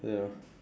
ya